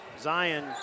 Zion